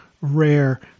rare